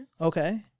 okay